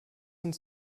uns